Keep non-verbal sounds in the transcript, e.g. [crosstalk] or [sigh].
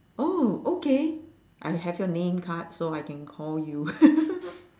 oh okay I have your name card so I can call you [laughs]